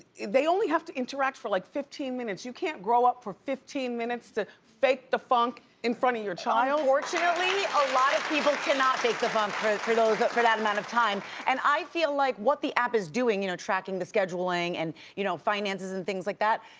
they only have to interact for like fifteen minutes. you can't grow up for fifteen minutes to fake the funk in front of your child? unfortunately a lot of people cannot fake the funk for those, for that amount of time. and i feel like what the app is doing, you know tracking the scheduling and you know finances and things like that,